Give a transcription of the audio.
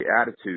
attitude